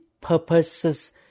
purposes